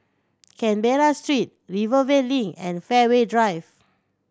Canberra Street Rivervale Link and Fairway Drive